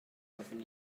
ofyn